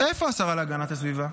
איפה השרה להגנת הסביבה?